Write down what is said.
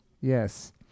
yes